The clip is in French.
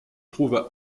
trouve